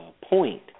point